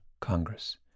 Congress